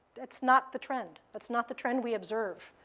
that's not the trend. that's not the trend we observe.